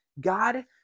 God